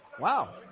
Wow